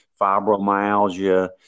fibromyalgia